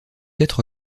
être